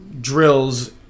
drills